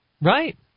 Right